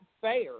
fair